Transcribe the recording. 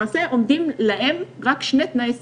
למעשה עומדים להם רק שני תנאי סף.